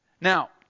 Now